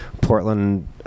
Portland